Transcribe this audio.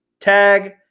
tag